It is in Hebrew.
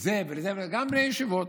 לזה וגם לבני ישיבות.